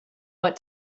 what